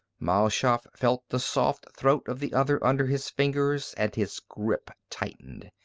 mal shaff felt the soft throat of the other under his fingers and his grip tightened.